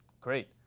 Great